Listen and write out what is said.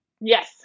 yes